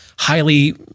highly